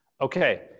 Okay